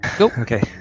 Okay